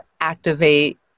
activate